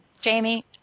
Jamie